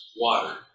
water